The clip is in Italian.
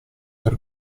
per